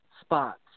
spots